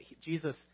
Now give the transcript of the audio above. Jesus